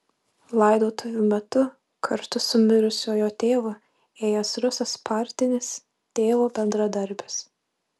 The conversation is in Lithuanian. laidotuvių metu kartu su mirusiojo tėvu ėjęs rusas partinis tėvo bendradarbis